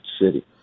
city